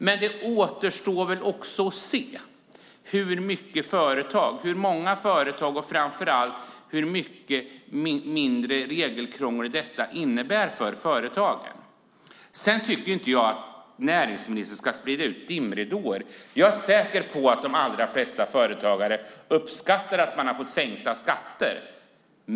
Men det återstår att se hur många företag det kommer att handla om och hur mycket mindre regelkrångel detta innebär för dem. Sedan tycker jag inte att näringsministern ska lägga ut dimridåer. Jag är säker på att de allra flesta företagare uppskattar att de har fått sänkta skatter.